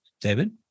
David